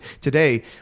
today